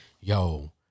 yo